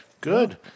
good